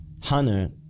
Hunter